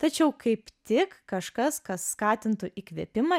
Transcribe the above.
tačiau kaip tik kažkas kas skatintų įkvėpimą